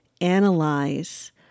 analyze